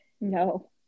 No